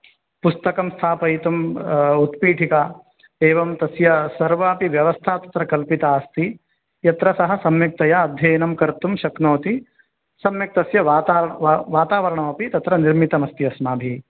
पुस्तकं स्थापयितुम् उत्पीठिका एवं तस्य सर्वापि व्यवस्था तत्र कल्पिता अस्ति यत्र सः सम्यक्तया अध्ययनं कर्तुं शक्नोति सम्यक् तस्य वाताव व वातावरणम् अपि तत्र निर्मितम् अस्ति अस्माभिः